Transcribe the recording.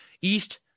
East